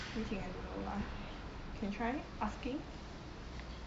yi ting I don't know lah can try asking